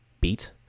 beat